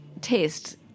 taste